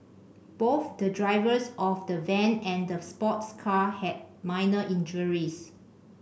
both the drivers of the van and the sports car had minor injuries